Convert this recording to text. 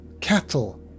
cattle